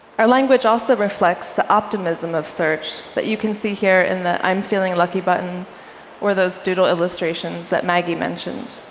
our language also reflects the optimism of search that you can see here in the i'm feeling lucky button or those doodle illustrations that maggie mentioned.